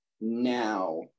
now